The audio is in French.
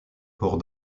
port